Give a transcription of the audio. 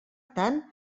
tant